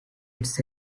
its